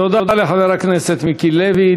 תודה לחבר הכנסת מיקי לוי.